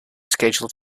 scheduled